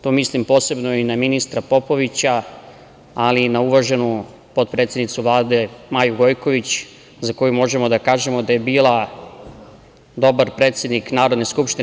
Tu mislim posebno i na ministra Popovića, ali i na uvaženu potpredsednicu Vlade Maju Gojković, za koju možemo da kažemo da je bila dobar predsednik Narodne skupštine.